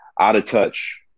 out-of-touch